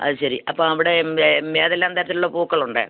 അത് ശരി അപ്പോൾ അവിടെ ഏ ഏതെല്ലാം തരത്തിലുള്ള പൂക്കളുണ്ട്